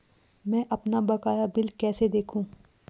मैं अपना बकाया बिल कैसे देखूं?